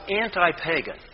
anti-pagan